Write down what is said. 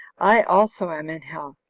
i also am in health.